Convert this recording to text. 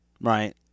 Right